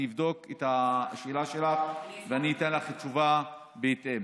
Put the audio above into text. אני אבדוק את השאלה שלך ואני אתן לך תשובה בהתאם.